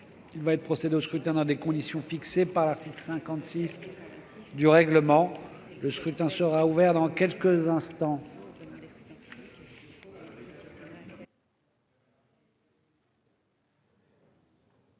Il va être procédé au scrutin dans les conditions fixées par l'article 56 du règlement. Le scrutin est ouvert. Personne ne demande